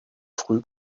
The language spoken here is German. früh